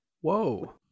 Whoa